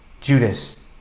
Judas